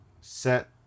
set